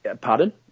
pardon